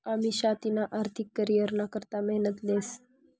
अमिषा तिना आर्थिक करीयरना करता मेहनत लेस